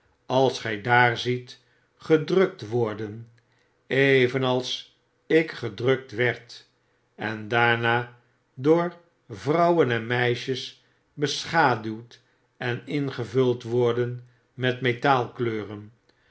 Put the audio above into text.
als gy daar ziet gedrukt worden evenals ik gedrukt werd en daarna door vrouwen en meisjes beschaduwd en ingevuld worden met